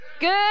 good